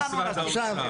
עכשיו,